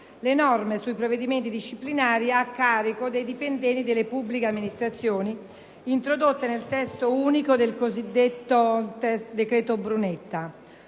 le norme sui provvedimenti disciplinari a carico dei dipendenti delle pubbliche amministrazioni introdotte nel testo unico del cosiddetto decreto Brunetta.